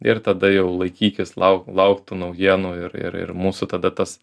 ir tada jau laikykis lauk lauk tų naujienų ir ir ir mūsų tada tas